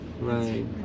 Right